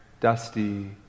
dusty